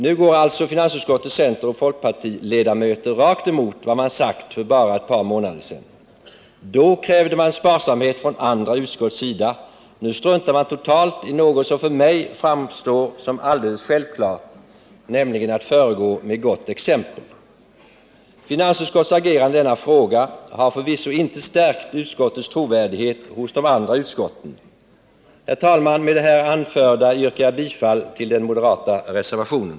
Nu går alltså finansutskottets centeroch folkpartiledamöter rakt emot vad man har sagt för bara ett par månader sedan. Då krävde man sparsamhet från andra utskott. Nu struntar man totalt i något som för mig framstår som alldeles självklart, nämligen att föregå med gott exempel. Finansutskottets agerande i denna fråga har förvisso inte stärkt utskottets trovärdighet hos de andra utskotten. Herr talman! Med det anförda yrkar jag bifall till den moderata reservationen.